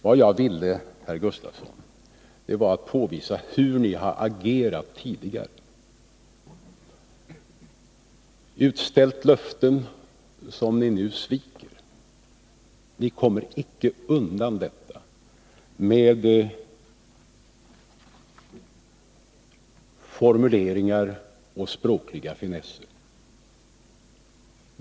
Vad jag ville, herr Gustavsson, var att påvisa hur ni agerat tidigare — utställt löften som ni nu sviker. Ni kommer icke undan detta med hjälp av formuleringar och språkliga finesser.